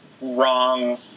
wrong